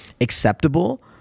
acceptable